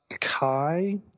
kai